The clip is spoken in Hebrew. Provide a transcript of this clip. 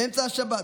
באמצע השבת: